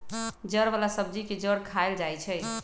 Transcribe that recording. जड़ वाला सब्जी के जड़ खाएल जाई छई